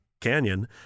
canyon